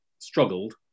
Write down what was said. struggled